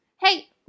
Hey